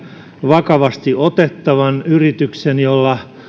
vakavasti otettavan yrityksen jolla